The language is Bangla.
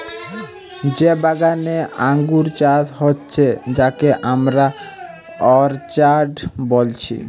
যে বাগানে আঙ্গুর চাষ হচ্ছে যাকে আমরা অর্চার্ড বলছি